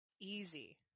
Easy